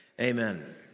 Amen